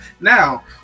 Now